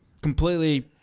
completely